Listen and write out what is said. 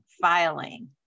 filing